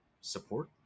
support